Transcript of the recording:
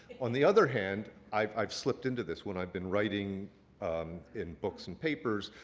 on the other hand, i've i've slipped into this. when i've been writing in books and papers,